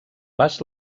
vast